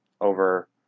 over